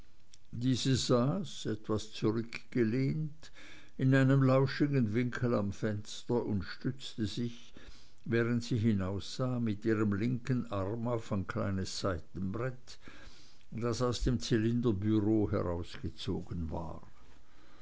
diese saß etwas zurückgelehnt in einem lauschigen winkel am fenster und stützte sich während sie hinaussah mit ihrem linken arm auf ein kleines seitenbrett das aus dem zylinderbüro herausgezogen war